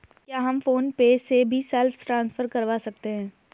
क्या हम PhonePe से भी सेल्फ ट्रांसफर करवा सकते हैं?